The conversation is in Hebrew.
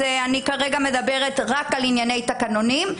אני כרגע מדברת רק על ענייני התקנון.